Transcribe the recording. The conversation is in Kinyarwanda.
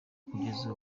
kugeza